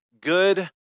good